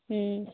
ᱦᱮᱸ